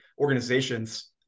organizations